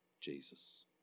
Jesus